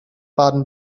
baden